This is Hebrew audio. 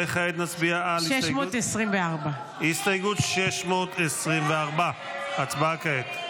וכעת נצביע על הסתייגות 624. הצבעה כעת.